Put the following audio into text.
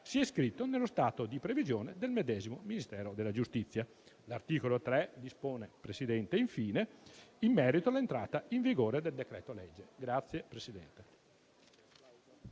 sia iscritto nello stato di previsione del medesimo Ministero della giustizia. L'articolo 3 dispone, infine, in merito all'entrata in vigore del decreto-legge. [**Presidenza